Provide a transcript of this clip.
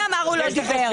מי אמר שהוא לא דיבר?